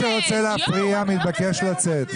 מי שרוצה להפריע מתבקש לצאת.